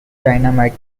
dynamite